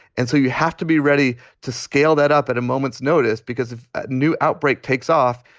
and so you have to be ready to scale that up at a moment's notice because a new outbreak takes off.